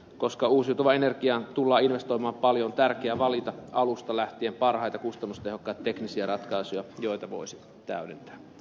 koska uusiutuvaan energiaan tullaan investoimaan paljon on tärkeää valita alusta lähtien parhaita kustannustehokkaita teknisiä ratkaisuja joita voisi täydentää